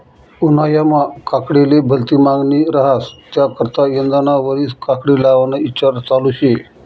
उन्हायामा काकडीले भलती मांगनी रहास त्याकरता यंदाना वरीस काकडी लावाना ईचार चालू शे